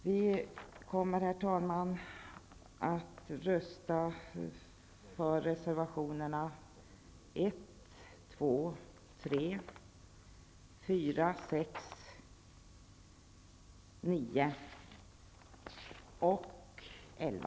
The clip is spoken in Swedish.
Vi kommer, herr talman, att rösta för reservationerna 1, 2, 3, 4, 6, 9 och 11.